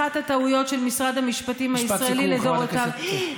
אחת הטעויות של משרד המשפטים הישראלי לדורותיו,